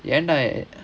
ஏன்டா:yaenda